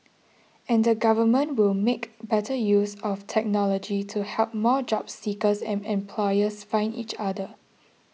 and the government will make better use of technology to help more job seekers and employers find each other